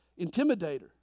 intimidator